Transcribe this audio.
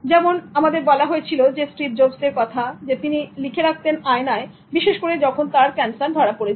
যেমন আমাদের বলা হয়েছিল Steve Jobs এর কথা তিনি লিখে রাখতেন আয়নায় বিশেষ করে যখন তার ক্যান্সার ধরা পড়েছিল